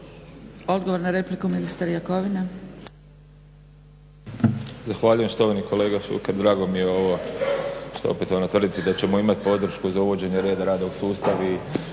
Odgovor na repliku ministar Jakovina.